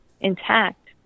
intact